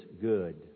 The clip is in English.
good